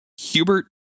Hubert